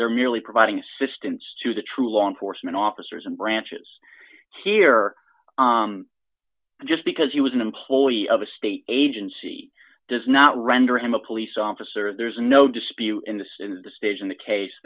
they're merely providing assistance to the true law enforcement officers and branches here just because he was an employee of a state agency does not render him a police officer there's no dispute in this in the stage in the case